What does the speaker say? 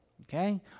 Okay